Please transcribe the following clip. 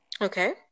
Okay